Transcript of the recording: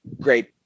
great